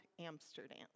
Amsterdam